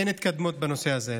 אין התקדמות בנושא הזה.